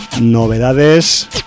novedades